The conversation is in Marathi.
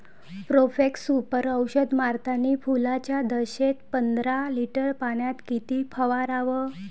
प्रोफेक्ससुपर औषध मारतानी फुलाच्या दशेत पंदरा लिटर पाण्यात किती फवाराव?